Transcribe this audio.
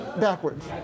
backwards